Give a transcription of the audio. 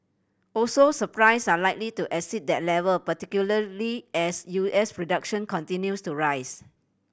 also supplies are likely to exceed that level particularly as U S production continues to rise